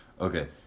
Okay